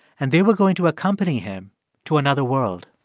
and they were going to accompany him to another world